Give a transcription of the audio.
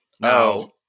No